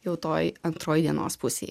jau toj antroj dienos pusėj